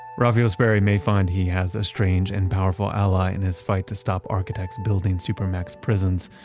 raphael sperry may find he has a strange and powerful ally in his fight to stop architects building supermax prisons,